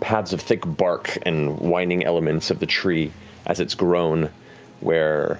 paths of thick bark and winding elements of the tree as it's grown where